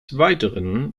weiteren